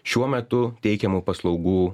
šiuo metu teikiamų paslaugų